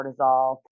cortisol